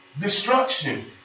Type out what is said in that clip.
destruction